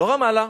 לא רמאללה,